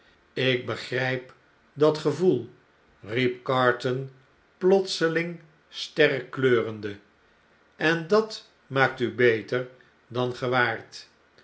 lk begrjp dat gevoel riep carton plotseling sterk kleurende en dat maaktubeter dan